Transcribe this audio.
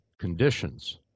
conditions